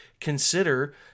consider